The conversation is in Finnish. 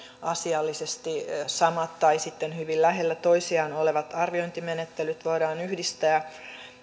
asiallisesti samat tai sitten hyvin lähellä toisiaan olevat arviointimenettelyt voidaan yhdistää